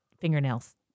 fingernails